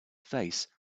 face